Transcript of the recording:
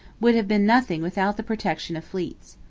would have been nothing without the protection of fleets.